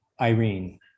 Irene